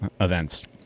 events